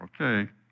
okay